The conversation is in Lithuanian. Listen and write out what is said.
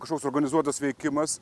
kažkoks organizuotas veikimas